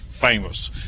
famous